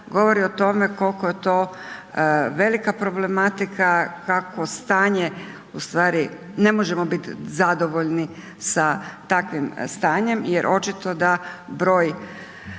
govori o tome koliko je to velika problematika, kako stanje ustvari ne možemo bit zadovoljni sa takvim stanjem jer očito da broj